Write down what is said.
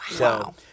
Wow